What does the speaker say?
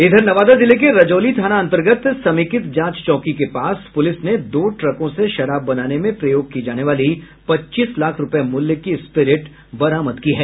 इधर नवादा जिले के रजौली थाना अंतर्गत समेकित जांच चौकी के पास पूलिस ने दो ट्रकों से शराब बनाने में प्रयोग की जाने वाली पच्चीस लाख रूपये मूल्य की स्प्रीट बरामद की है